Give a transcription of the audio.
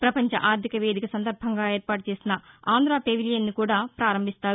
పపంచ ఆర్థిక వేదిక సందర్భంగా ఏర్పాటు చేసిన ఆంధ్రపెవిలియన్ని కూడా ప్రారంభిస్తారు